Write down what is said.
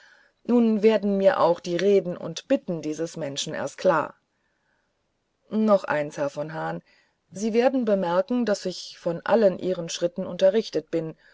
nun werden mir auch die reden und bitten dieses menschen erst klar noch eins herr von hahn sie werden bemerken daß ich von allen ihren schritten unterrichtet bin